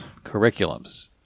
curriculums